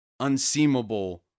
unseemable